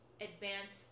advanced